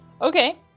Okay